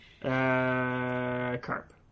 Carp